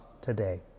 today